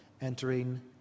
entering